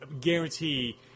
guarantee